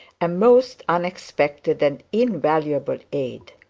a most unexpected and invaluable aid.